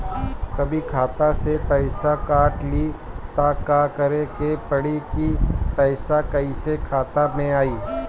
कभी खाता से पैसा काट लि त का करे के पड़ी कि पैसा कईसे खाता मे आई?